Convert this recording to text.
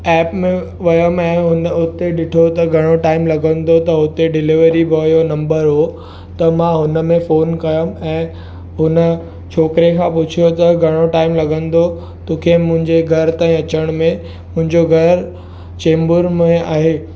app में वियमि ऐं उन उते ॾिठो त घणो टाइम लॻंदो त हुते डिलीवरी बॉए जो नंबर हो त मां हुन में फ़ोन कयुमि ऐं हुन छोकिरे खां पुछियो त घणो टाइम लॻंदो तोखे मुंहिंजे घर ताईं अचण में मुंहिंजो घर चेम्बूर में आहे